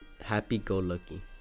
happy-go-lucky